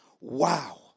Wow